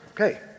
Okay